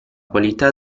qualità